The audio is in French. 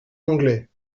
langlet